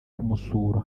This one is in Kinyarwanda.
kumusura